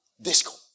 disco